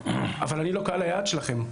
אבל אני לא קהל היעד שלכם,